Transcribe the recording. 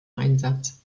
einsatz